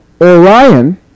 Orion